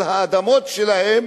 על האדמות שלהם,